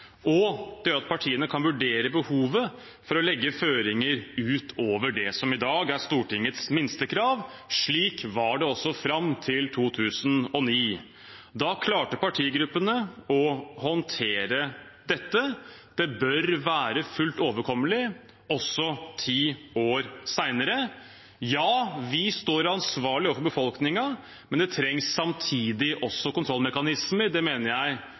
og det gjør at partiene kan vurdere behovet for å legge føringer utover det som i dag er Stortingets minstekrav. Slik var det også fram til 2009. Da klarte partigruppene å håndtere dette. Det bør være fullt overkommelig også ti år senere. Ja, vi står ansvarlig overfor befolkningen, men det trengs samtidig også kontrollmekanismer. Det mener jeg